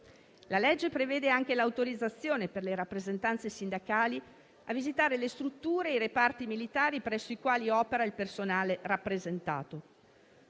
di legge prevede anche l'autorizzazione per le rappresentanze sindacali a visitare le strutture e i reparti militari presso i quali opera il personale rappresentato.